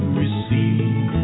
receive